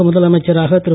தமிழக முதலமைச்சராக திரு